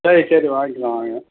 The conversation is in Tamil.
சரி சரி வாங்கிக்கலாம் வாங்க